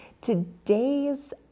Today's